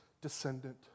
descendant